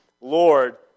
Lord